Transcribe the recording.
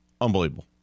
Unbelievable